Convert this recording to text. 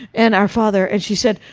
and our father. and she said,